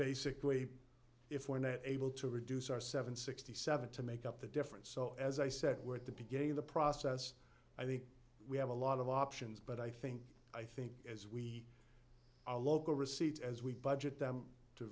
basically if we're able to reduce our seven sixty seven to make up the difference so as i said we're at the beginning of the process i think we have a lot of options but i think i think as we are local receipts as we budget them to